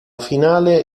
finale